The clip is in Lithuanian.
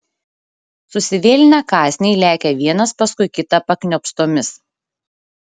susivėlinę kąsniai lekia vienas paskui kitą pakniopstomis